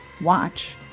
Watch